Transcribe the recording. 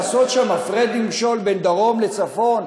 לעשות הפרד ומשול בין דרום לצפון,